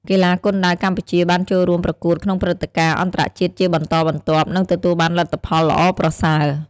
កីឡាគុនដាវកម្ពុជា បានចូលរួមប្រកួតក្នុងព្រឹត្តិការណ៍អន្តរជាតិជាបន្តបន្ទាប់ និងទទួលបានលទ្ធផលល្អប្រសើរ។